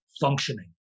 functioning